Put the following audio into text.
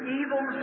evil